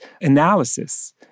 analysis